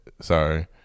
Sorry